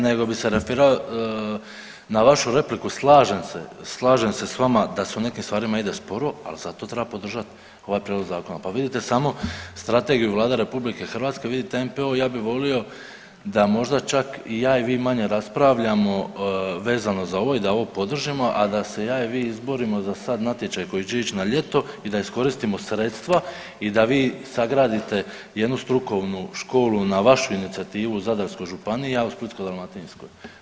Nego bi se referirao na vašu repliku, slažem se, slažem se s vama da se u nekim stvarima ide sporo, al zato treba podržat ovaj prijedlog zakona, pa vidite samo strategiju Vlade RH, vidite NPOO, ja bi volio da možda čak i ja i vi manje raspravljamo vezano za ovo i da ovo podržimo, a da se ja i vi izborimo za sav natječaj koji će ići na ljeto i da iskoristimo sredstva i da vi sagradite jednu strukovnu školu na vašu inicijativu u Zadarskoj županiji, ja u Splitsko-dalmatinskoj.